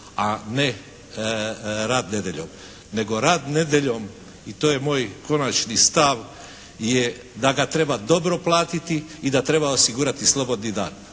a ne rad nedjeljom. Nego rad nedjeljom i to je moj konačni stav je da ga treba dobro platiti i da treba osigurati slobodni dan.